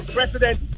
President